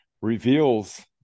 reveals